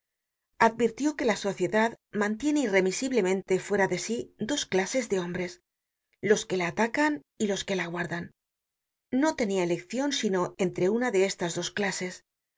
advirtió que la sociedad mantiene irremisiblemente fuera de sí dos clases de hombres los que la atacan y los que la guardan no tenia eleccion sino entre una de estas dos clases